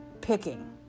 picking